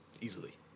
Easily